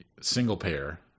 single-payer